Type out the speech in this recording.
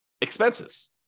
expenses